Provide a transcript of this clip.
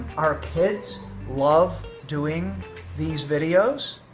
our kids love doing these videos.